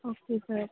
okay sir